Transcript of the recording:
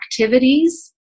activities